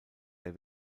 der